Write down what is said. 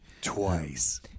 Twice